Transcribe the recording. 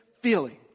feeling